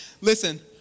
Listen